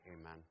Amen